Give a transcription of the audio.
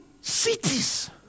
cities